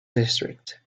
district